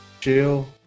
chill